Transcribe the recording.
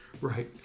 Right